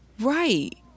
Right